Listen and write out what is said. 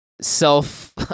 self